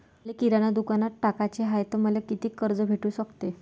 मले किराणा दुकानात टाकाचे हाय तर मले कितीक कर्ज भेटू सकते?